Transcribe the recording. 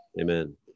Amen